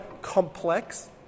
Complex